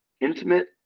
intimate